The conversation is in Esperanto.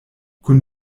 kun